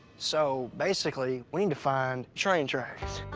so, basically, we need to find train tracks.